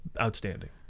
outstanding